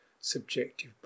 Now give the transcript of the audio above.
subjective